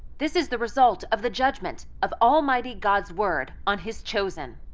this is the result of the judgment of almighty god's word on his chosen.